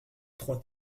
trois